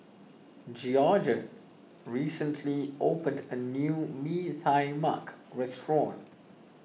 Georgette recently opened a new Mee Tai Mak restaurant